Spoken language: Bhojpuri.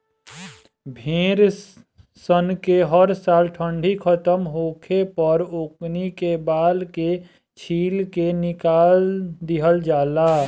भेड़ सन के हर साल ठंडी खतम होखे पर ओकनी के बाल के छील के निकाल दिहल जाला